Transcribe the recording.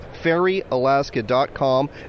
FerryAlaska.com